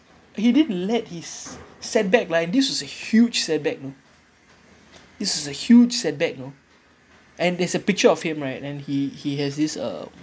he didn't let his setback like this was a huge setback you know this is a huge setback you know and there's a picture of him right and he he has this uh